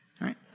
Right